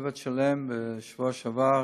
צוות שלם בשבוע שעבר.